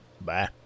Bye